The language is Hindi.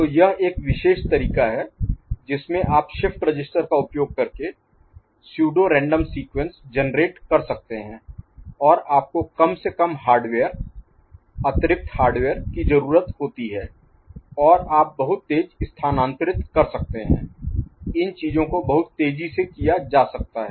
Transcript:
तो यह एक विशेष तरीका है जिसमें आप शिफ्ट रजिस्टर का उपयोग करके pseudo random sequence generate Generate उत्पन्न कर सकते हैं और आपको कम से कम हार्डवेयर अतिरिक्त हार्डवेयर की जरूरत होती है और आप बहुत तेज़ स्थानांतरित कर सकते हैं इन चीजों को बहुत तेजी से किया जा सकता है